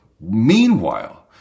Meanwhile